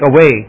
away